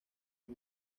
fue